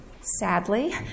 sadly